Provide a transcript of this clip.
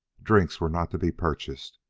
drinks were not to be purchased.